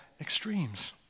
extremes